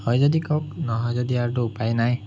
হয় যদি কওক নহয় যদি আৰু উপায় নাই